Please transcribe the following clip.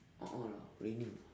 a'ah lah raining